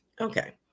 Okay